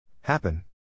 Happen